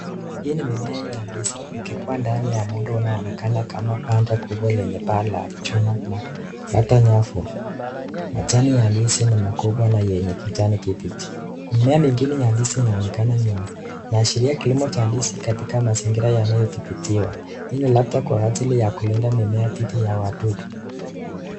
Hii ni mimea ya ndizi likiwekwa ndani ya muundo unaonekana kama banda kubwa lenye paa la chuma na labda nyavu. Majani ya ndizi ni makubwa na yenye kijani kibichi. Mimea mingine ya ndizi inaonekana nyuma. Kinaashiria kilimo cha ndizi katika mazingira yanayodhibitiwa. Hii ni labda kwa ajili ya kulinda mimea dhidi ya wadudu.